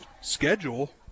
schedule